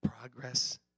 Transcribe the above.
Progress